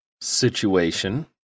situation